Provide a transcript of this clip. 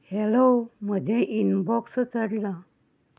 hello म्हजें inbox चडलां